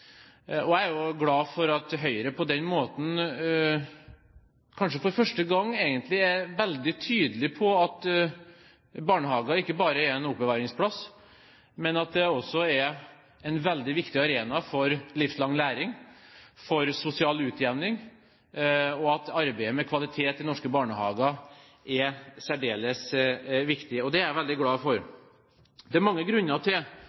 Jeg er glad for at Høyre på den måten, kanskje for første gang egentlig, er veldig tydelig på at barnehagen ikke bare er en oppbevaringsplass, men at det også er en veldig viktig arena for livslang læring og sosial utjevning, og at arbeidet med kvalitet i norske barnehager er særdeles viktig. Det er jeg veldig glad for. Det er mange grunner til